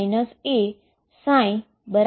તો હવે હું શું કરીશ